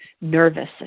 nervous